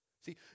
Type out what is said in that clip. See